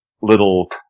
little